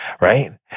right